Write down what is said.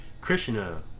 Krishna